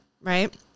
right